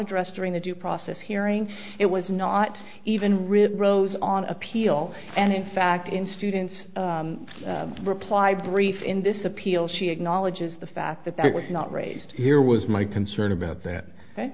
addressed during the due process hearing it was not even river rose on appeal and in fact in students reply brief in this appeal she acknowledges the fact that that was not raised here was my concern about that